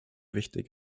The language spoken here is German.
wichtig